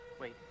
Wait